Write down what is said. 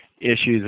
Issues